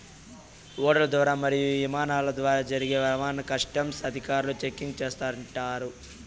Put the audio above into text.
ఓడల ద్వారా మరియు ఇమానాల ద్వారా జరిగే రవాణాను కస్టమ్స్ అధికారులు చెకింగ్ చేస్తుంటారు